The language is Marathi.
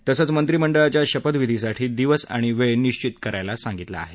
तसंच मंत्रिमंडळाच्या शपथविधीसाठी दिवस अणि वेळ निश्वित करायला सांगितलं आहे